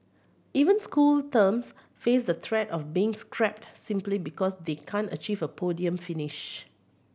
even school terms face the threat of being scrapped simply because they can't achieve a podium finish